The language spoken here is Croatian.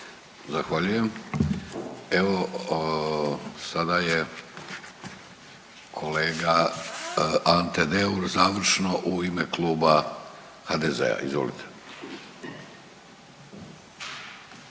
Zahvaljujem. Evo, sada je kolega Ante Deur završno u ime Kluba HDZ-a, izvolite.